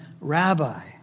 rabbi